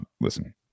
listen